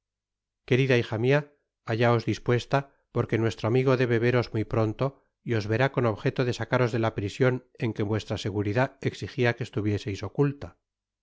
querida hija mia hallaos dispuesta porque nuestro amigo debe yeros muy pronto y os verá con objeto de sacaros de la prision en que vuestra seguridad exigia que estuvieseis oculta